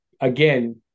again